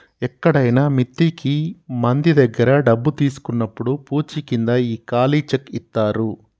ఎక్కడైనా మిత్తికి మంది దగ్గర డబ్బు తీసుకున్నప్పుడు పూచీకింద ఈ ఖాళీ చెక్ ఇత్తారు